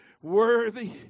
worthy